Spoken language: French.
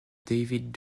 david